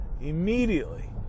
Immediately